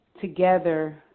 together